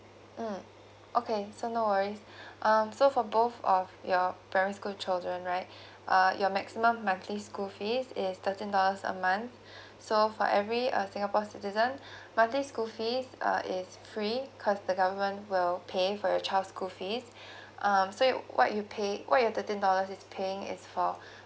mm okay so no worries um so for both of your primary school children right uh your maximum monthly school fees is thirteen dollars a month so for every uh singapore citizen monthly school fees uh is free cause the government will pay for your child's school fees um so you what you pay what you have thirteen dollars is paying is for